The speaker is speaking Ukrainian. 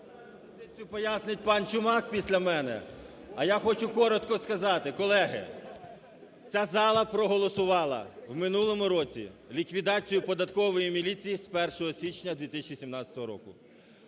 позицію пояснить пан Чумак після мене. А я хочу коротко сказати. Колеги, ця зала проголосувала в минулому році ліквідацію Податкової міліції з 1 січня 2017 року.